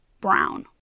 brown